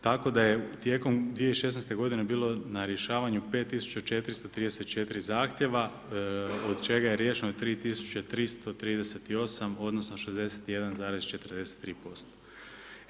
Tako da je tijekom 2016. godine bilo na rješavanju 5 tisuća 434 zahtjeva od čega je riješeno 3 tisuće 338, odnosno 61,43%